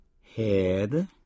Head